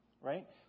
right